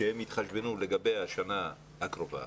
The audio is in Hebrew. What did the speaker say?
שהם יתחשבנו לגבי השנה הקרובה,